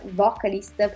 vocalist